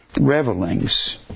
revelings